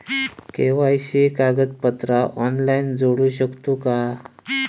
KYC कागदपत्रा online जोडू शकतू का?